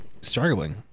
struggling